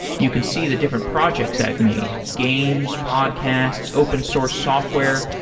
you can see the different projects i've made games, podcasts, open source software.